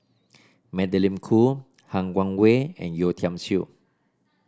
Magdalene Khoo Han Guangwei and Yeo Tiam Siew